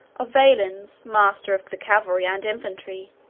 of valens, master of the cavalry and infantry,